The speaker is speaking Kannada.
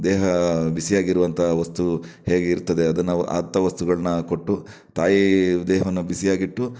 ದೇಹ ಬಿಸಿಯಾಗಿರುವಂತಹ ವಸ್ತು ಹೇಗೆ ಇರ್ತದೆ ಅದನ್ನು ಅಂಥ ವಸ್ತುಗಳನ್ನ ಕೊಟ್ಟು ತಾಯಿ ದೇಹವನ್ನು ಬಿಸಿಯಾಗಿಟ್ಟು